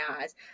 eyes